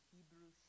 Hebrew